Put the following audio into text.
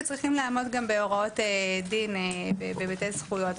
וצריכים לעמוד גם בהוראות דין בהיבטי זכויות.